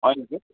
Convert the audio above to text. হয় নেকি